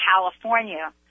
California